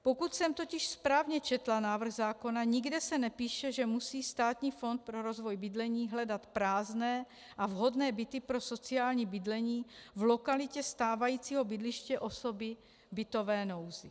Pokud jsem totiž správně četla návrh zákona, nikde se nepíše, že musí Státní fond pro rozvoj bydlení hledat prázdné a vhodné byty pro sociální bydlení v lokalitě stávajícího bydliště osoby v bytové nouzi.